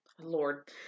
Lord